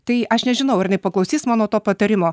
tai aš nežinau ar jinai paklausys mano to patarimo